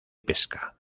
pesca